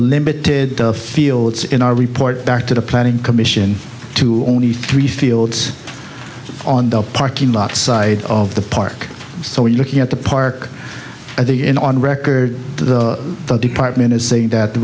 limited field it's in our report back to the planning commission to only three fields on the parking lot side of the park so we're looking at the park at the inn on record the department is saying that the